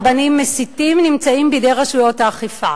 של רבנים מסיתים נמצאים בידי רשויות האכיפה.